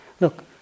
Look